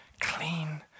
clean